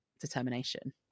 determination